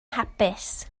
hapus